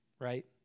right